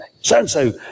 So-and-so